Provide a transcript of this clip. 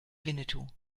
winnetou